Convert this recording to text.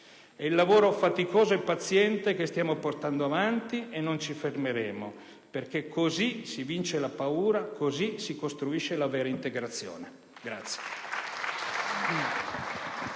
E' il lavoro faticoso e paziente che stiamo portando avanti. Non ci fermeremo. Perché così si vince la paura, così si costruisce la vera integrazione.